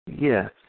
Yes